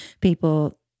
people